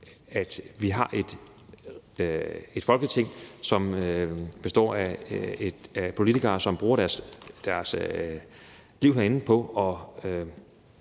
at vi har et Folketing, som består af politikere, som bruger deres liv herinde på at